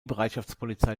bereitschaftspolizei